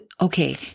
okay